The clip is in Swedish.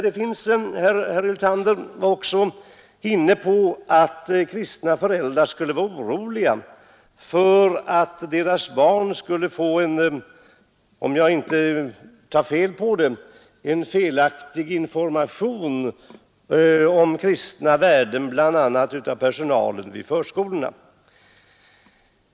Herr Hyltander nämnde också att kristna föräldrar var oroliga för att deras barn — om jag inte tar fel — skulle få en felaktig information om kristna värden av bl.a. personalen vid förskolorna.